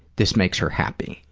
this makes her happy.